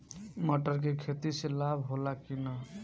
मटर के खेती से लाभ होला कि न?